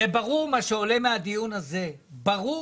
מה שעולה מהדיון הזה הוא ברור.